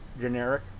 Generic